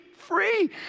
Free